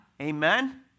amen